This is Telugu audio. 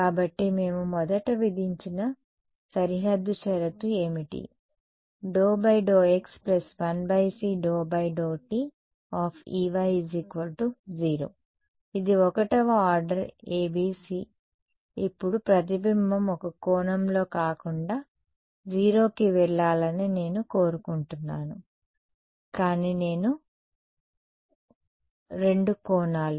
కాబట్టి మేము మొదట విధించిన సరిహద్దు షరతు ఏమిటి ∂x 1c∂t Ey0 ఇది 1వ ఆర్డర్ ABC ఇప్పుడు ప్రతిబింబం ఒక కోణంలో కాకుండా 0 కి వెళ్లాలని నేను కోరుకుంటున్నాను కానీ రెండు కోణాలు